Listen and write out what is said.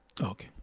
Okay